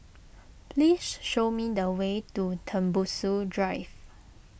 please show me the way to Tembusu Drive